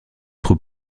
trop